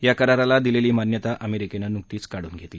या कराराला दिलेली मान्यता अमेरिकेनं नुकतीच काढून घेतली